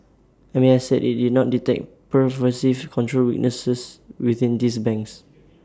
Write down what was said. M A S said IT did not detect pervasive control weaknesses within these banks